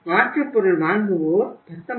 மாற்று பொருள் வாங்குவோர் 19